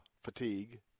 fatigue